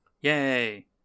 Yay